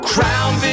Crown